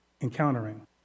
encountering